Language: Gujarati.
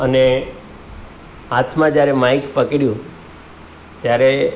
અને હાથમાં જ્યારે માઇક પકડ્યું ત્યારે